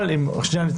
אבל אם נתמקד,